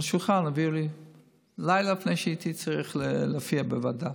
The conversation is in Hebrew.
שמו לי על השולחן לילה לפני שהייתי צריך להופיע בוועדה.